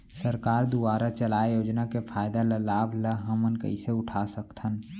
सरकार दुवारा चलाये योजना के फायदा ल लाभ ल हमन कइसे उठा सकथन?